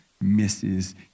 misses